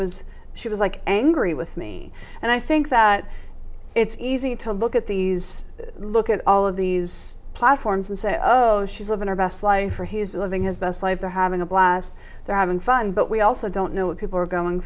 was she was like angry with me and i think that it's easy to look at these look at all of these platforms and say oh she's living our best life or his reliving his best life they're having a blast they're having fun but we also don't know what people are going